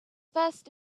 first